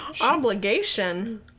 Obligation